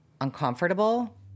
uncomfortable